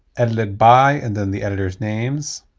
and lit by and then the editors names